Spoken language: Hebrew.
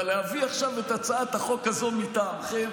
אבל להביא עכשיו את הצעת החוק הזו מטעמכם